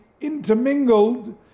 intermingled